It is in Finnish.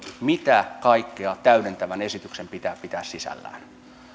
mitä kaikkea täydentävän esityksen pitää pitää sisällään